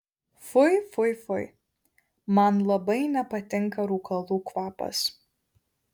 fui fui fui man labai nepatinka rūkalų kvapas